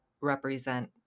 represent